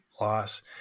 loss